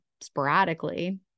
sporadically